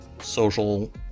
social